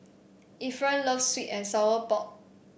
Efren loves sweet and Sour Pork